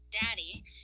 daddy